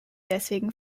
deswegen